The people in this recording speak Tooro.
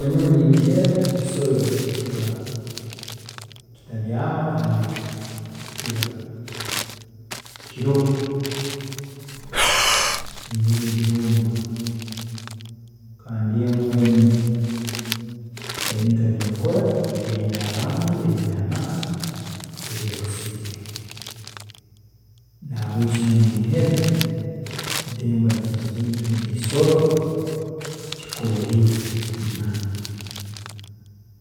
Nyowe niinihira ekisoro ekiba kitabyaama kandi ekiba kiroho, niinihira egyo mbwa, kandi embwa enu ebintu ebi ekola erinda abantu, erinda amaka, erinda obusinge, nahabwekyo nyowe niinihira nti embwa nikyo ekintu, nikyo ekisoro ekikukora ebintu ebi mumaani.